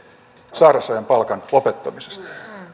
sairausajan palkan lopettamisesta